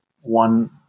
one